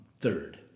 third